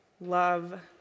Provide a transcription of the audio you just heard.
love